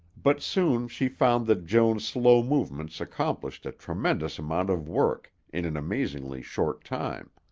but soon she found that joan's slow movements accomplished a tremendous amount of work in an amazingly short time.